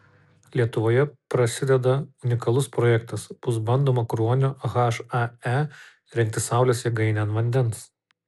lietuvoje prasideda unikalus projektas bus bandoma kruonio hae įrengti saulės jėgainę ant vandens